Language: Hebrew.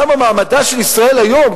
כמה מעמדה של ישראל היום,